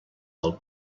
del